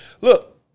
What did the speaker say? Look